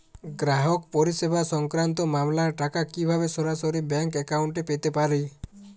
গ্রাহক পরিষেবা সংক্রান্ত মামলার টাকা কীভাবে সরাসরি ব্যাংক অ্যাকাউন্টে পেতে পারি?